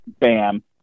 Bam